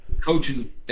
coaching